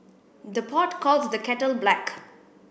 the pot calls the kettle black